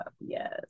yes